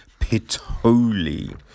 Pitoli